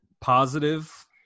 positive